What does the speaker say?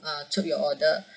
uh took your order